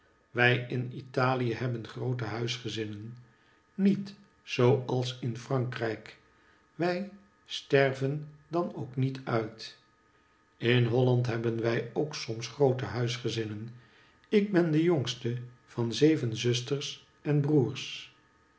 wij in italie hebben groote huisgezinnen niet zoo als in frankrijk wij sterven dan ook niet uit in holland hebben wij ook soms groote huisgezinnen ik ben de jongste van zeven zusters en broers